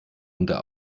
unter